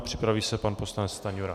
Připraví se pan poslanec Stanjura.